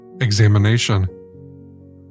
examination